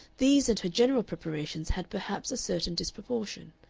these and her general preparations had perhaps a certain disproportion.